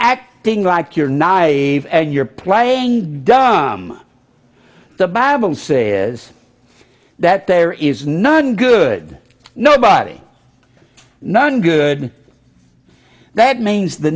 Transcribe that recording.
acting like you're naive and you're playing dumb the bible says that there is none good nobody none good that means the